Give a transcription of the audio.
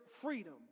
freedom